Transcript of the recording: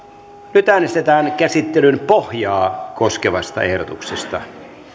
nyt äänestetään käsittelyn pohjaa koskevasta ehdotuksesta